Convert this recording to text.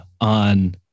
on